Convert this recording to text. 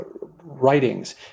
writings